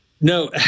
No